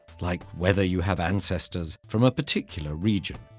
like whether you have ancestors from a particular region.